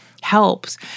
helps